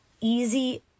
easy